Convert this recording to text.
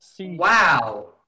wow